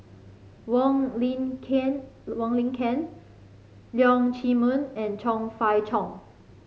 Wong Lin Ken Wong Lin Ken Leong Chee Mun and Chong Fah Cheong